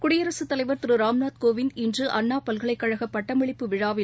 குடியரசுத் தலைவர் திருராம்நாத் கோவிந்த் இன்றுஅண்ணாபல்கலைக்கழகபட்டமளிப்பு விழாவில்